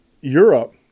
Europe